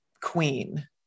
queen